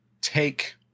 take